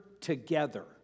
together